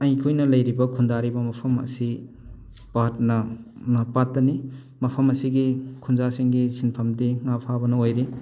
ꯑꯩꯈꯣꯏꯅ ꯂꯩꯔꯤꯕ ꯈꯨꯟꯗꯥꯔꯤꯕ ꯃꯐꯝ ꯑꯁꯤ ꯄꯥꯠꯅ ꯄꯥꯠꯇꯅꯤ ꯃꯐꯝ ꯑꯁꯤꯒꯤ ꯈꯨꯟꯖꯥꯁꯤꯡꯒꯤ ꯁꯤꯟꯐꯝꯗꯤ ꯉꯥ ꯐꯥꯕꯅ ꯑꯣꯏꯔꯤ